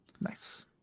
Nice